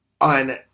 on